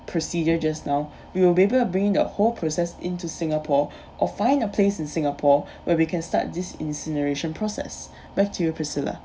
procedure just now we will able bringing the whole process into singapore or find a place in singapore where we can start this incineration process back to you priscilla